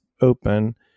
open